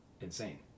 insane